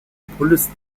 populist